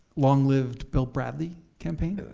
long-lived bill bradley campaign